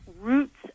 roots